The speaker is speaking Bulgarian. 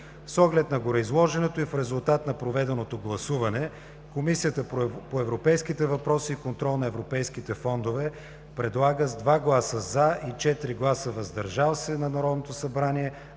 С оглед на гореизложеното и в резултат на проведеното гласуване, Комисията по европейските въпроси и контрол на европейските фондове предлага с 2 гласа „за” и 4 гласа „въздържал се” на Народното събрание